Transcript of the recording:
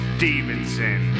Stevenson